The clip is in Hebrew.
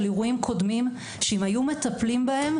אירועים קודמים שאם היו מטפלים בהם,